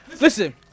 Listen